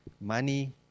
Money